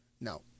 No